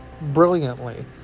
brilliantly